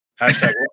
Hashtag